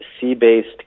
sea-based